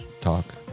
talk